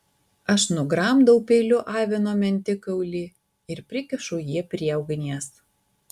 aš nugramdau peiliu avino mentikaulį ir prikišu jį prie ugnies